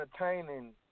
entertaining